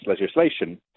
legislation